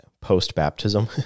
post-baptism